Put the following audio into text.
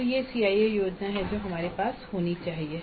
तो यह CIE योजना है जो हमारे पास होनी चाहिए